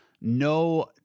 no